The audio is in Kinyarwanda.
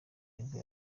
nibwo